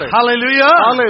Hallelujah